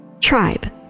Tribe